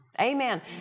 Amen